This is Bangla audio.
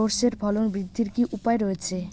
সর্ষের ফলন বৃদ্ধির কি উপায় রয়েছে?